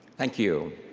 thank you.